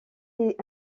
les